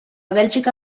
bèlgica